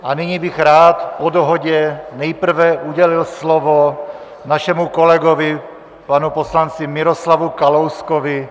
A nyní bych rád po dohodě nejprve udělil slovo našemu kolegovi, panu poslanci Miroslavu Kalouskovi.